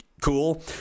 cool